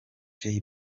jay